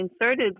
inserted